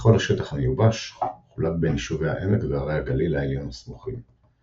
וכל השטח המיובש חולק בין יישובי העמק והרי הגליל העליון הסמוכים.